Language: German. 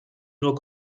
nur